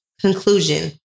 Conclusion